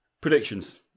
Predictions